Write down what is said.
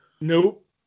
nope